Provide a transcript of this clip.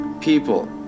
people